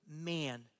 man